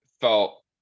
felt